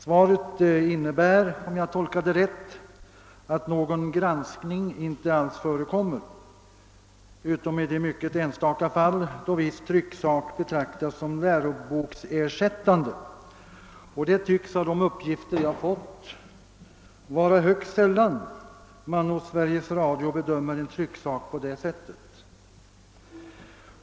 Svaret innebär, om jag tolkar det rätt, att någon granskning inte alls förekommer utom i de enstaka fall 'då viss trycksak betraktas som läroboksersättande. Och det tycks, enligt de uppgifter jag fått, vara högst sällan som Sveriges Radio bedömmer en trycksak på det sättet.